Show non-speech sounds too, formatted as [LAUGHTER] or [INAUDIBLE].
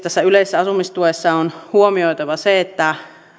[UNINTELLIGIBLE] tässä yleisessä asumistuessa on huomioitava se että